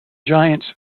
giants